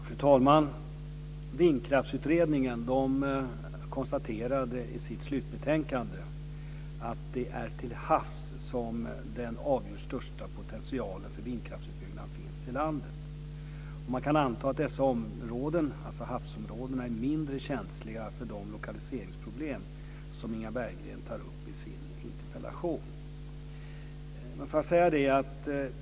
Fru talman! Vindkraftsutredningen konstaterade i sitt slutbetänkande att det är till havs som den avgjort största potentialen för vindkraftsutbyggnad finns i landet. Man kan anta att havsområdena är mindre känsliga för de lokaliseringsproblem som Inga Berggren tar upp i sin interpellation.